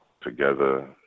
together